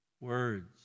Words